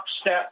step